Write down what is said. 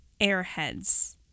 Airheads